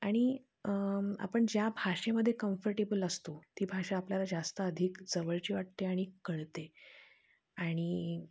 आणि आपण ज्या भाषेमध्ये कम्फर्टेबल असतो ती भाषा आपल्याला जास्त अधिक जवळची वाटते आणि कळते आणि